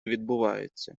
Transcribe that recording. відбувається